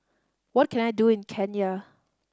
what can I do in Kenya